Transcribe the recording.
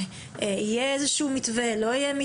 יהיה מתווה או לא?